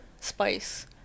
spice